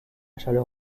chaleur